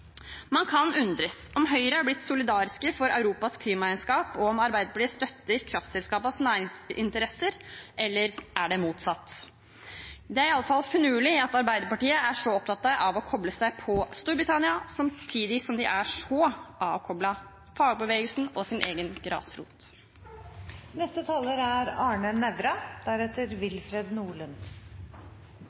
Man kan undres over om Høyre er blitt solidariske når det gjelder Høyres klimaregnskap, og om Arbeiderpartiet støtter kraftselskapenes næringsinteresser, eller om det er motsatt. Det er iallfall finurlig at Arbeiderpartiet er så opptatt av å koble seg på Storbritannia, samtidig som de er så koblet fra fagbevegelsen og sin egen